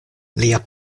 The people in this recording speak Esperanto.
lia